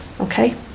Okay